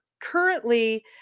Currently